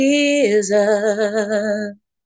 Jesus